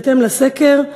בהתאם לסקר,